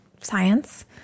science